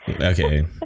Okay